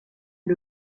est